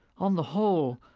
on the whole,